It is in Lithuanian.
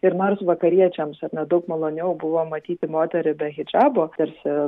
ir nors vakariečiams ar ne daug maloniau buvo matyti moterį be hidžabo tarsi